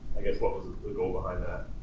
what was the goal behind that?